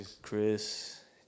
Chris